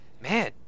man